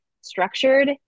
structured